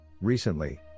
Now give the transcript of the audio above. Recently